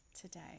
today